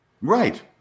Right